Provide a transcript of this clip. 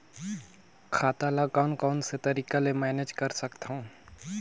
खाता ल कौन कौन से तरीका ले मैनेज कर सकथव?